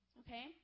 okay